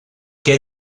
què